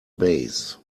base